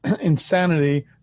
insanity